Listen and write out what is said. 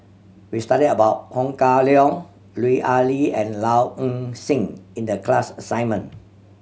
we studied about Ho Kah Leong Lut Ali and Low Ing Sing in the class assignment